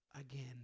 again